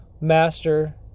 master